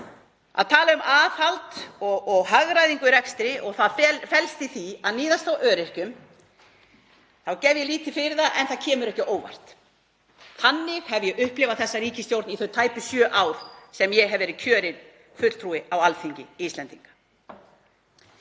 að tala um aðhald og hagræðingu í rekstri og það felst í því að níðast á öryrkjum þá gef ég lítið fyrir það en það kemur ekki á óvart. Þannig hef ég upplifað þessa ríkisstjórn í þau tæpu sjö ár sem ég hef verið kjörin fulltrúi á Alþingi Íslendinga.